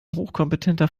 hochkompetenter